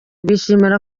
bishimira